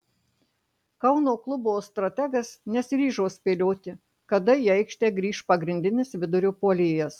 kauno klubo strategas nesiryžo spėlioti kada į aikštę grįš pagrindinis vidurio puolėjas